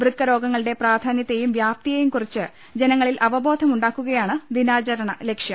വൃക്ക രോഗങ്ങളുടെ പ്രാധാന്യത്തെയും വ്യാപ്തിയെയുംക്കുറിച്ച് ജന ങ്ങളിൽ അവബോധമുണ്ടാക്കുകയാണ് ദിനാചരണ ലക്ഷ്യം